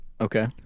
Okay